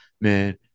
Man